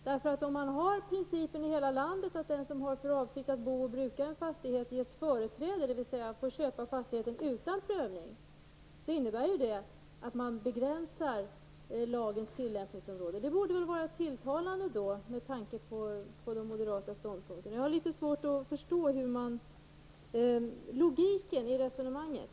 Om man i hela landet har principen att den som har för avsikt att bo och bruka en fastighet ges företräde, dvs. får köpa fastigheten utan prövning, innebär det att man begränsar lagens tillämpningsområde. Det borde väl vara tilltalande med tanke på de moderata ståndpunkterna. Jag har litet svårt att förstå logiken i resonemanget.